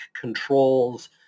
controls